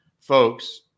folks